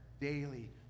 daily